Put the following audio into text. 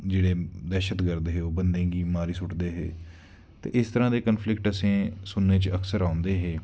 जेह्ड़े दैह्शतगर्द हे ओह् बंदे गी मारी सुट्टदे हे ते इस तरहां दे कंफ्लिक्ट असें सुनने च अक्सर औंदे हे